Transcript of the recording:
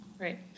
Right